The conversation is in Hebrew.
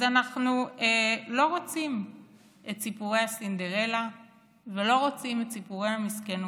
אז אנחנו לא רוצים את סיפורי הסינדרלה ולא רוצים את סיפורי המסכנות.